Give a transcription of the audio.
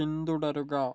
പിന്തുടരുക